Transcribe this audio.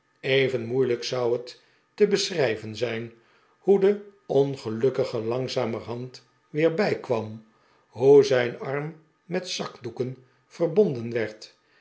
even moeilijk zou het te besehrijven zijn hoe de ongelukkige langzamerhand weer bijkwam hoe zijn arm met zakdoeken